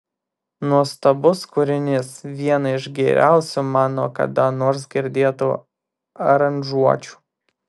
nuostabus kūrinys viena iš geriausių mano kada nors girdėtų aranžuočių